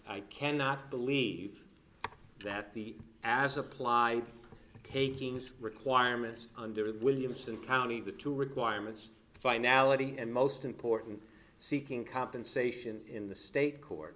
i cannot believe that the as apply takings requirements under the williamson county the two requirements the finality and most important seeking compensation in the state court